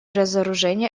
разоружения